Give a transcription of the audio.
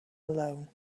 alone